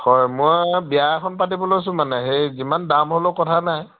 হয় মই বিয়া এখন পাতিব লৈছো মানে সেই যিমান দাম হ'লেও কথা নাই